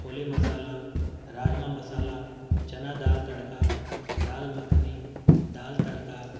chole masala rajma masala chana dal tadka dal makhani dal تڑکا